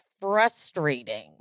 frustrating